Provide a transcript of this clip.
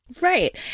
Right